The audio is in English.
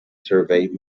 survey